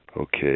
okay